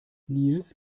nils